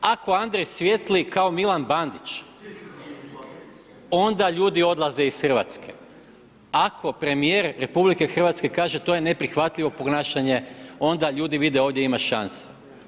Ako Andrej svijetli kao Milan Bandić onda ljudi odlaze iz Hrvatske, ako premijer RH kaže to je neprihvatljivo ponašanje, onda ljudi vide ovdje ima šanse.